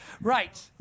right